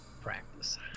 practice